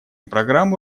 программу